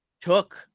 took